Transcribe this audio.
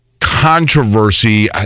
controversy